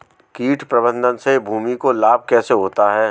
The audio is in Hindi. कीट प्रबंधन से भूमि को लाभ कैसे होता है?